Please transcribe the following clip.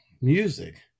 music